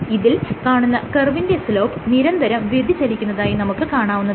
ഇതിൽ കാണുന്ന കർവിന്റെ സ്ലോപ്പ് നിരന്തരം വ്യതിചലിക്കുന്നതായി നമുക്ക് കാണാവുന്നതാണ്